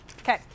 Okay